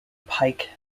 pike